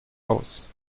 aus